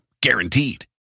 Guaranteed